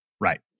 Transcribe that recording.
Right